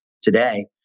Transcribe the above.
today